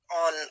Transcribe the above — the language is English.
on